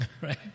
right